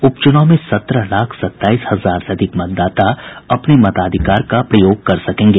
उप चुनाव में सत्रह लाख सत्ताईस हजार से अधिक मतदाता अपने मताधिकार का प्रयोग कर सकेंगे